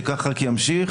שכך רק ימשיך.